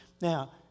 Now